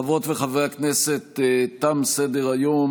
חברות וחברי הכנסת, תם סדר-היום.